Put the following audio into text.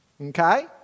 okay